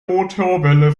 motorwelle